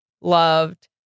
loved